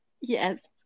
yes